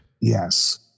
Yes